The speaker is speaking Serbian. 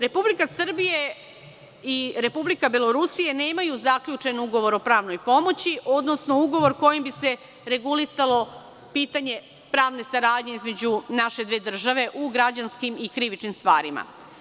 Republika Srbija i Republika Belorusija nemaju zaključen ugovor o pravnoj pomoći, odnosno ugovor kojim bi se regulisalo pitanje pravne saradnje između naše dve države u građanskim i krivičnim stvarima.